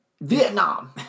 Vietnam